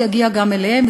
זה יגיע גם אליהם,